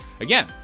again